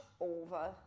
over